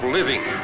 living